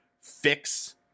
fix